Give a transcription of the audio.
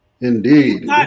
Indeed